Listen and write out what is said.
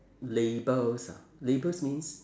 labels ah labels means